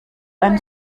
einen